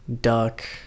Duck